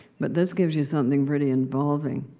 but this gives you something pretty involving.